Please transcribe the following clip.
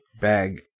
bag